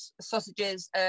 sausages